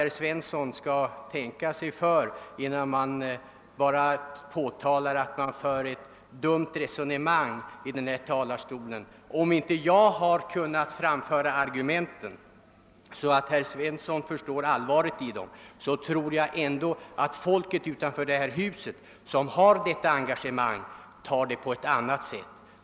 Herr Svensson i Kungälv bör tänka sig för innan han påstår att jag för ett dumt resonemang i denna fråga. Om inte jag kunnat framföra mina argument så att herr Svensson förstår allvaret i dem, finns det ändå människor utanför detta hus som jag tror uppfattar dem på ett annat sätt.